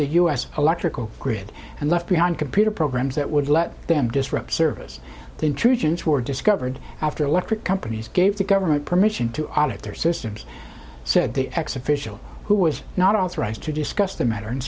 the u s electrical grid and left behind computer programs that would let them disrupt service the intrusions were discovered after electric companies gave the government permission to audit their systems so the ex official who was not authorized to discuss the matter